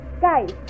Guys